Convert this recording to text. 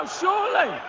surely